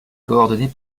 coordonnée